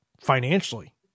financially